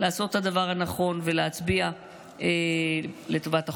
לעשות את הדבר הנכון ולהצביע לטובת החוק.